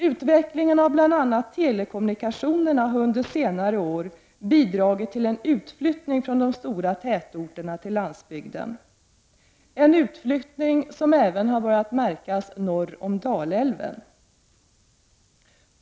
Utvecklingen av bl.a. telekommunikationerna har under senare år bidragit till en utflyttning från de stora tätorterna till landsbygden, en utflyttning som även har börjat märkas norr om Dalälven.